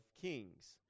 kings